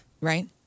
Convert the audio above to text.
right